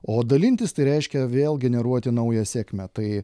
o dalintis tai reiškia vėl generuoti naują sėkmę tai